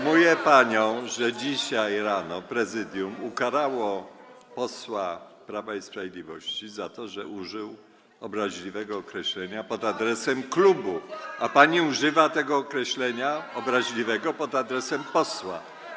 Informuję panią, że dzisiaj rano Prezydium ukarało posła Prawa i Sprawiedliwości za to, że użył obraźliwego określenia pod adresem klubu, a pani używa tego określenia, obraźliwego, pod adresem posła.